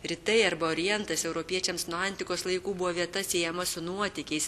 rytai arba orientas europiečiams nuo antikos laikų buvo vieta siejama su nuotykiais